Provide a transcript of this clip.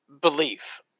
belief